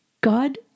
God